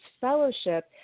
fellowship